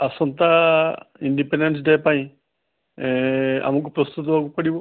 ଆସନ୍ତା independence day ପାଇଁ ଏଁ ଆମକୁ ପ୍ରସ୍ତୁତ ହେବାକୁ ପଡ଼ିବ